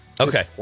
Okay